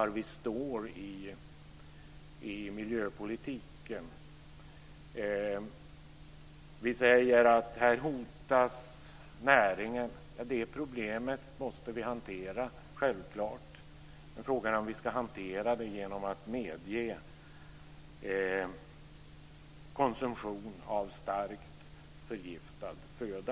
var vi står i miljöpolitiken. Vi säger att här hotas näringen, och det problemet måste vi självklart hantera, men frågan är om vi ska hantera det genom att medge konsumtion av starkt förgiftad föda.